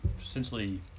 essentially